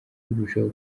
birushaho